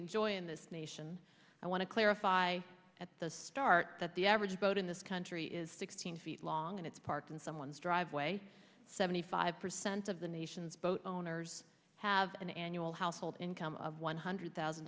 enjoy in this nation i want to clarify at the start that the average vote in this country is sixteen feet long and its part in someone's driveway seventy five percent of the nation's boat owners have an annual household income of one hundred thousand